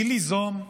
היא ליזום,